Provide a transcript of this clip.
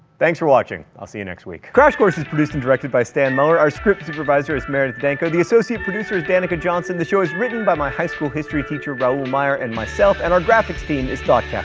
thanks for watching. i'll see you next week. crash course is produced and directed by stan muller. our script supervisor is meredith danko. the associate producer is danica johnson. the show is written by my high school history teacher raoul meyer and myself. and our graphics team is thought yeah